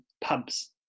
pubs